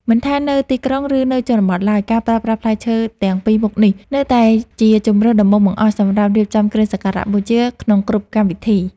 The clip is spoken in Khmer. មិនថានៅទីក្រុង ឬនៅជនបទឡើយការប្រើប្រាស់ផ្លែឈើទាំងពីរមុខនេះ នៅតែជាជម្រើសដំបូងបង្អស់សម្រាប់រៀបចំគ្រឿងសក្ការបូជាក្នុងគ្រប់កម្មវិធី។